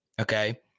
okay